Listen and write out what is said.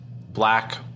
black